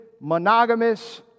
monogamous